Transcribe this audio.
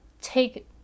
take